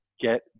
get